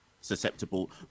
susceptible